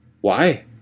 Why